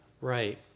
Right